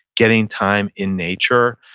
getting time in nature.